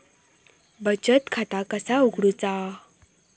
बचत खाता कसा उघडूचा?